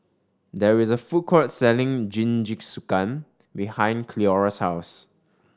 there is a food court selling Jingisukan behind Cleora's house